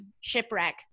shipwreck